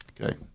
Okay